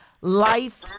life